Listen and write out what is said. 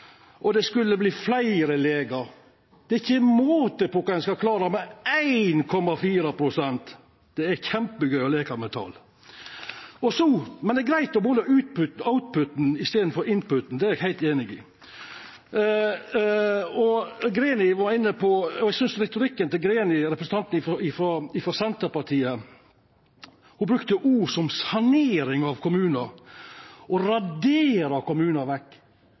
betre, det skulle verta billigare barnehagar og fleire tilsette i kommunen, gratis skulemat og gratis SFO, og det skulle verta fleira legar. Det er ikkje måte på kva ein skal klara med 1,4 pst. Det er kjempegøy å leika med tal. Men det er greitt å måla outputen i staden for inputen – det er eg heilt einig i. Representanten frå Senterpartiet, Greni, brukte ord som «sanering» av kommunar og «å radere vekk» kommunar.